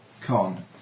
con